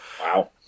Wow